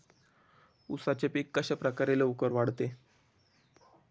उसाचे पीक कशाप्रकारे लवकर वाढते?